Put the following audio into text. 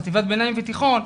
חטיבת ביניים ותיכון,